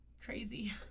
crazy